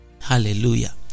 Hallelujah